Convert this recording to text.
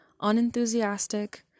Unenthusiastic